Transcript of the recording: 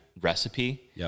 recipe